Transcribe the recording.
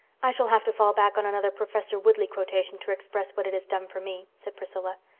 i shall have to fall back on another professor woodleigh quotation to express what it has done for me, said priscilla.